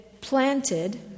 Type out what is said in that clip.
planted